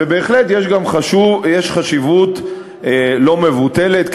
ובהחלט יש חשיבות לא מבוטלת,